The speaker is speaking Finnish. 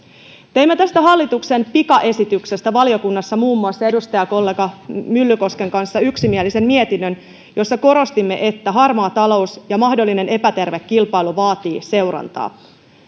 teimme tästä hallituksen pikaesityksestä valiokunnassa muun muassa edustajakollega myllykosken kanssa yksimielisen mietinnön jossa korostimme että harmaa talous ja mahdollinen epäterve kilpailu vaativat seurantaa